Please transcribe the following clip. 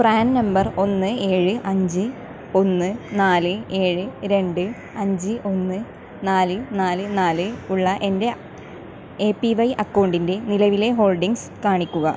PRAN number ഒന്ന് ഏഴ് അഞ്ച് ഒന്ന് നാല് ഏഴ് രണ്ട് അഞ്ച് ഒന്ന് നാല് നാല് നാല് ഉള്ള എൻ്റെ എ പി വൈ അക്കൗണ്ടിൻ്റെ നിലവിലെ ഹോൾഡിംഗ്സ് കാണിക്കുക